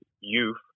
youth